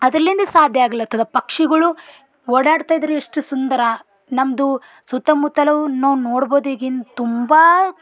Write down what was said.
ಅದರಿಂದ ಸಾಧ್ಯ ಆಗ್ಲತ್ತದೆ ಪಕ್ಷಿಗಳು ಓಡಾಡ್ತಾ ಇದ್ರೆ ಎಷ್ಟು ಸುಂದರ ನಮ್ಮದು ಸುತ್ತಮುತ್ತಲು ನಾವು ನೋಡ್ಬೋದು ಈಗಿನ ತುಂಬ